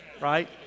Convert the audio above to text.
right